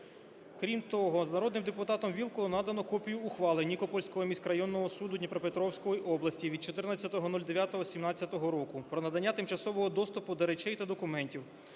Крім того, народним депутатом Вілкулом надано копію ухвали Нікопольського міськрайонного суду Дніпропетровської області від 14.09.17 року про надання тимчасового доступу до речей та документів,